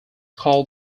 called